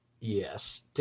Yes